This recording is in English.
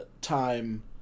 time